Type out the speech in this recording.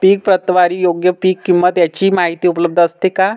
पीक प्रतवारी व योग्य पीक किंमत यांची माहिती उपलब्ध असते का?